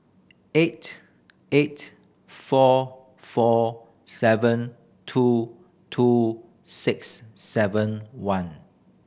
eight eight four four seven two two six seven one